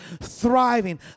thriving